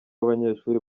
abanyeshuri